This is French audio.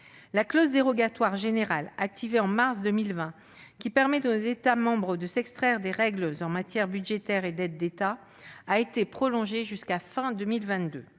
La clause dérogatoire générale activée en mars 2020, qui permet aux États membres de s'extraire des règles en matière budgétaire et d'aides d'État, a été prolongée jusqu'à la fin